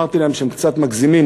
אמרתי להם שהם קצת מגזימים,